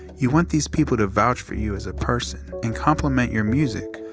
you want these people to vouch for you as a person and complement your music.